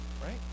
Right